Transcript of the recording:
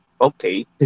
okay